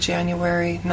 January